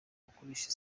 gukoresha